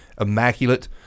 immaculate